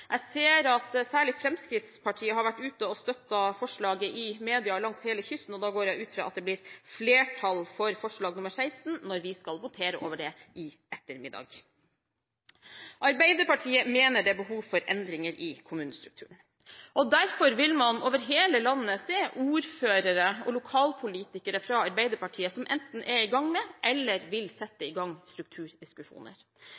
Jeg ser at særlig Fremskrittspartiet har vært ute og støttet forslaget i mediene langs hele kysten, og da går jeg ut fra at det blir flertall for forslag nr. 16 når vi skal votere over det i ettermiddag. Arbeiderpartiet mener at det er behov for endringer i kommunestrukturen. Derfor vil man over hele landet se ordførere og lokalpolitikere fra Arbeiderpartiet som enten er i gang med eller vil